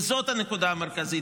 וזאת הנקודה המרכזית,